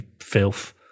filth